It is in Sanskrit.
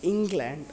इङ्ग्लेण्ड्